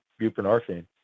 buprenorphine